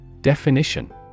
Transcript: Definition